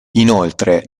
inoltre